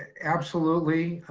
absolutely.